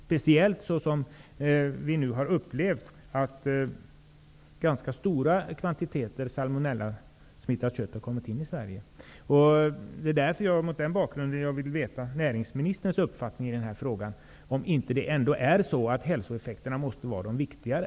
Speciellt viktigt är detta eftersom vi nu har upplevt att ganska stora kvantiteter salmonellasmittat kött har kommit in i Det är mot den bakgrunden jag vill veta näringsministerns uppfattning i den här frågan. Måste inte hälsoeffekterna ändå vara viktigare?